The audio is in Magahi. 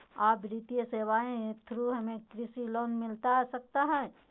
आ वित्तीय सेवाएं के थ्रू हमें कृषि लोन मिलता सकता है?